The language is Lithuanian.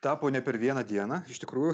tapo ne per vieną dieną iš tikrųjų